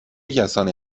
کسانی